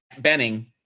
Benning